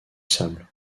sable